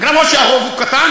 כמה שהרוב הוא קטן,